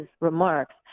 remarks